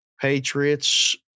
Patriots